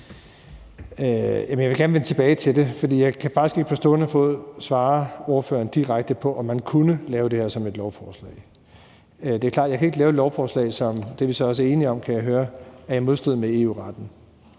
Jeg vil gerne vende tilbage til det, for jeg kan faktisk ikke på stående fod svare ordføreren direkte på, om man kunne lave det her som et lovforslag. Det er klart, at jeg ikke kan lave et lovforslag – det er vi så også enige om, kan jeg høre – som er i modstrid med EU-retten.